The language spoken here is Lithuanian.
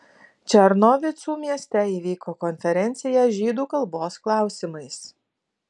černovicų mieste įvyko konferencija žydų kalbos klausimais